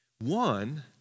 One